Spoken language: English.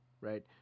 right